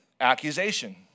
accusation